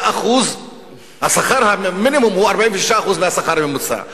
שכר המינימום הוא 46% מהשכר הממוצע,